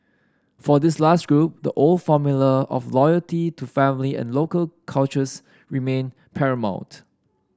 for this last group the old formula of loyalty to family and local cultures remained paramount